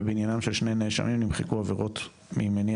ובעניינם של שני נאשמים נמחקו עבירות ממניע